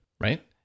Right